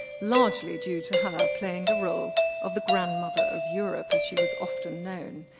largely due to her playing the role of the grandmother of europe as she was often known.